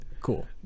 Cool